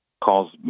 calls